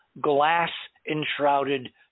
glass-enshrouded